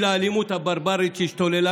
תודה רבה, הכול בסדר.